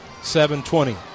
7-20